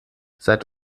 seit